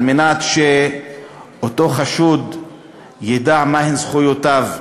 על מנת שאותו חשוד ידע מה הן זכויותיו.